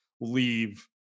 leave